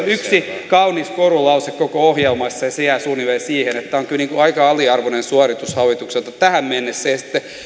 yksi kaunis korulause koko ohjelmassa ja se jää suunnilleen siihen että tämä on kyllä aika aliarvoinen suoritus hallitukselta tähän mennessä